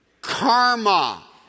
karma